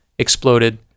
Exploded